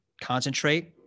concentrate